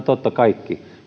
totta kaikki